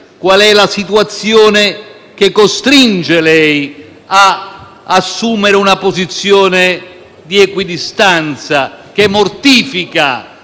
qual è la situazione che la costringe ad assumere una posizione di equidistanza, che mortifica